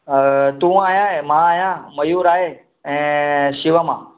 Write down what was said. तूं आहीं मां आहियां मयूर आहे ऐं शिवम आहे